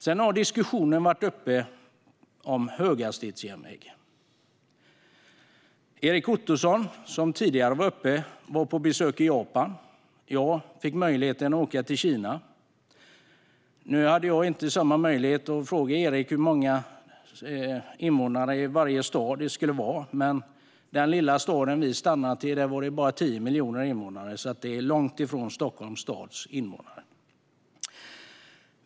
Sedan har diskussionen om höghastighetsjärnvägen varit uppe. Erik Ottoson, som talade tidigare, har besökt Japan. Jag fick möjligheten att åka till Kina. Nu hade jag inte möjlighet att fråga Erik hur många invånare i varje stad det skulle vara. Men i den lilla stad som vi stannade i var det bara 10 miljoner invånare. Det är alltså långt ifrån Stockholms stads invånare.